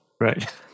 Right